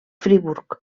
friburg